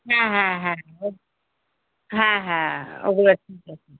হ্যাঁ হ্যাঁ হ্যাঁ ও হ্যাঁ হ্যাঁ ওগুলা ঠিক আছে